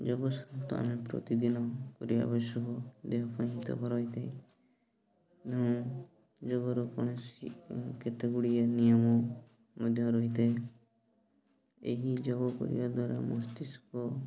ଯୋଗ ସମସ୍ତ ଆମେ ପ୍ରତିଦିନ କରିବା ଆବଶ୍ୟକ ଦେହ ପାଇଁ ହିତକର ହୋଇଥାଏ ତେଣୁ ଯୋଗର କୌଣସି କେତେ ଗୁଡ଼ିଏ ନିୟମ ମଧ୍ୟ ରହିଥାଏ ଏହି ଯୋଗ କରିବା ଦ୍ୱାରା ମସ୍ତିଷ୍କ